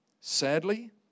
Sadly